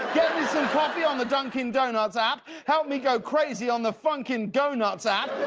get me some coffee on the dunkin' donuts app. help me go crazy on the funkin' go nuts app.